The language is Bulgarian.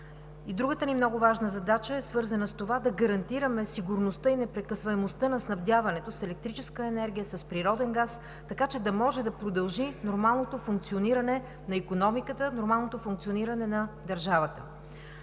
Другата ни много важна задача е свързана с това да гарантираме сигурността и непрекъсваемостта на снабдяването с електрическа енергия, с природен газ, така че да може да продължи нормалното функциониране на икономиката, нормалното функциониране на държавата.